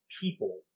people